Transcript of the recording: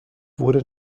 wurde